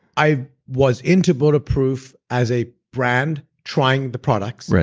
i was into bulletproof as a brand, trying the products.